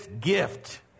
gift